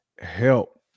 help